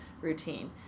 routine